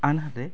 আনহাতে